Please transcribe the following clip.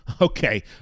Okay